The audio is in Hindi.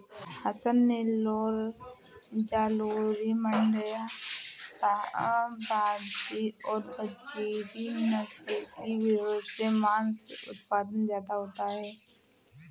हसन, नैल्लोर, जालौनी, माण्ड्या, शाहवादी और बजीरी नस्ल की भेंड़ों से माँस उत्पादन ज्यादा होता है